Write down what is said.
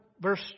verse